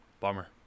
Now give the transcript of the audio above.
Bummer